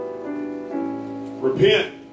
Repent